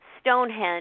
Stonehenge